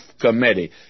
committee